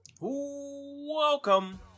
welcome